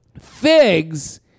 Figs